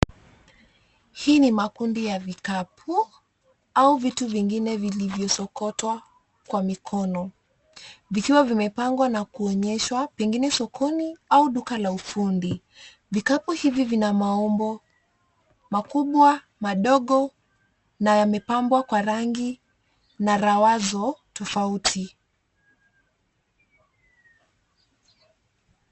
Hii ni makundi ya vikapu au vitu vingine vilivyosokotwa kwa mikono, vikiwa vimepangwa na kuonyeshwa pengine sokoni au duka la ufundi. Vikapu hivi vina maumbo makubwa, madogo na yamepambwa kwa rangi na rawazo tofauti.